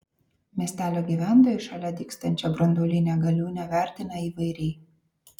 miestelio gyventojai šalia dygstančią branduolinę galiūnę vertina įvairiai